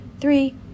three